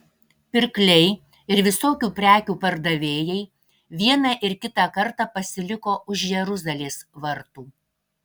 pirkliai ir visokių prekių pardavėjai vieną ir kitą kartą pasiliko už jeruzalės vartų